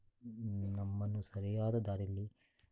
ನಮ್ಮನ್ನು ಸರಿಯಾದ ದಾರಿಯಲ್ಲಿ